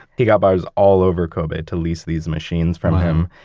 he got bars all over kobe to lease these machines from him.